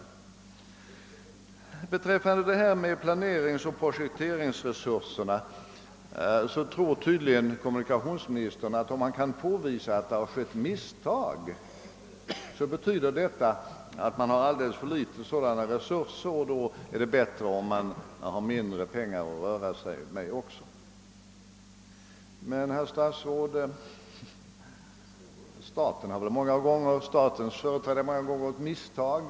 Vad beträffar frågan om projekteringsoch planeringsresurserna tror tydligen kommunikationsministern, att om han kan påvisa att det skett något misstag, så betyder detta att de kommunala instanserna har alldeles för små sådana resurser och att det då är bättre om de också har mindre pengar att röra sig med. Men, herr statsråd, även statens företrädare har många gånger gjort misstag.